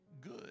good